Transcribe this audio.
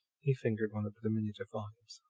he fingered one of the diminutive volumes.